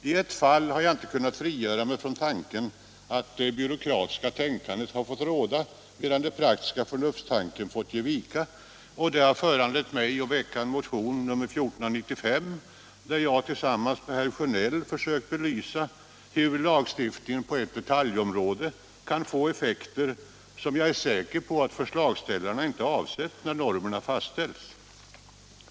I ett fall har jag inte kunnat frigöra mig från intrycket att det byråkratiska tänkandet har fått råda medan förnuftet har fått ge vika. Det har föranlett mig att väcka motionen 1495, där jag tillsammans med herr Sjönell har försökt belysa hur lagstiftningen på ett detaljområde kan få effekter som jag är säker på att förslagsställarna inte avsåg när normerna fastställdes.